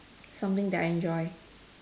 something that I enjoy